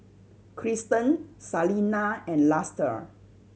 Kristen Salena and Luster